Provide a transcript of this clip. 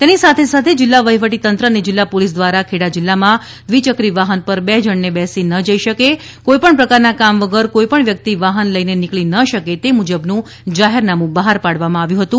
તેની સાથે સાથે જિલ્લા વહીવટીતંત્ર અને જિલ્લા પોલીસ દ્વારા ખેડા જિલ્લામાં દ્વિયક્રી વાહન પર બે જણને બેસીને ના જઈ શકે કોઈ પણ પ્રકારના કામ વગર કોઈપણ વ્યક્તિ વાહન લઈને નીકળી ન શકે તે મુજબ નું જાહેરનામું બહાર પાડવામાં આવ્યું હતું